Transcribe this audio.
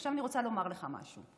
עכשיו אני רוצה לומר לך משהו.